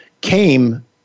came